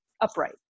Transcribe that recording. upright